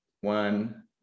one